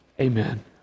Amen